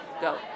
go